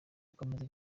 akomeza